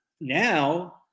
now